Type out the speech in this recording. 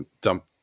dump